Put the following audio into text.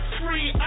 free